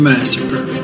Massacre